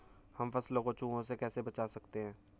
हम फसलों को चूहों से कैसे बचा सकते हैं?